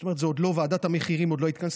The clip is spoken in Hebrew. זאת אומרת ועדת המחירים עוד לא התכנסה,